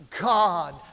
God